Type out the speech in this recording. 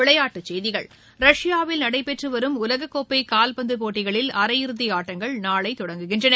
விளையாட்டுச் செய்திகள் ரஷ்யாவில் நடைபெற்று வரும் உலகக் கோப்பை கால்பந்து போட்டிகளில் அரையிறுதி ஆட்டங்கள் நாளை தொடங்குகின்றன